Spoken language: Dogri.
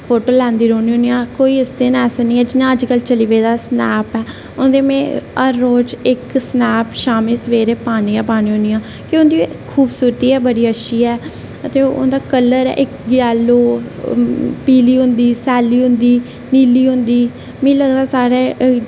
फोटो लैंदी रौहन्नी होन्नी आं कोई उस दिन ऐसा निं ऐ जियां अज्जकल चली पेदा ऐ स्नैप ऐ ओह्दे में हर रोज इक स्नैप शामीं सवेरे पान्नी गै पान्नी होन्नी आं कि उं'दी खूबसूरती गै बड़ी अच्छी ऐ ते उं'दा कलर ऐ इक यैलो ओह् पीली होंदी सैल्ली होंदी नीली होंदी मिगी लगदा साढ़ै